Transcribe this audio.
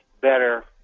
better